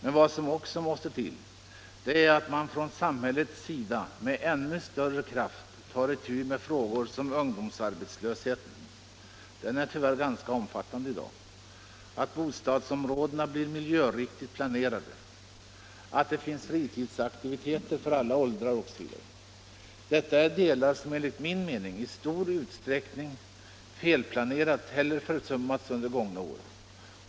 Men vad som också måste till är att man från samhällets sida med ännu större kraft tar itu med ungdomsarbetslösheten, som tyvärr är ganska omfattande i dag, att bostadsområdena blir miljöriktigt planerade och att det finns fritidsaktiviteter för alla åldrar osv. Detta är delar av samhället som enligt min mening i stor utsträckning har felplanerats eller försummats under gångna år.